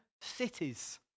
cities